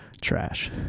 Trash